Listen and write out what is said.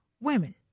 women